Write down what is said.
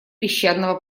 песчаного